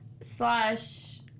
slash